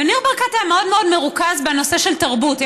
ניר ברקת היה מאוד מאוד מרוכז בנושא של תרבות.